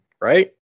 right